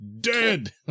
Dead